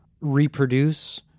reproduce